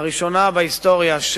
לראשונה בהיסטוריה,